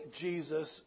Jesus